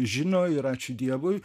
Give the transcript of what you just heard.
žino ir ačiū dievui